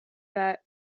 that